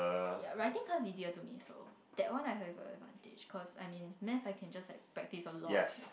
ya writing cause it's easier to me so that one I have an advantage cause I mean maths I can just like practice a lot